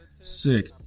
sick